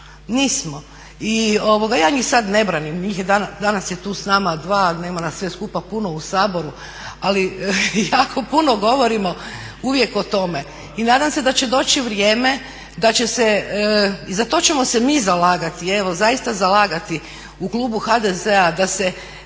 nismo. I ja njih sad ne branim, danas je tu s nama dva, nema nas sve skupa puno u Saboru, ali jako puno govorimo uvijek o tome. I nadam se da doći vrijeme da će se i za to ćemo se mi zalagati, evo zaista zalagati u klubu HDZ-a da se